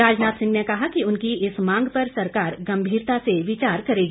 राजनाथ सिंह ने कहा कि उनकी इस मांग पर सरकार गंभीरता से विचार करेगी